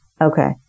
okay